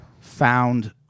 found